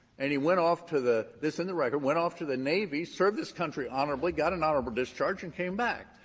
and he went off to the this is in the record went off to the navy, served his country honorably, got an honorable discharge, and came back.